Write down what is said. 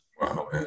Wow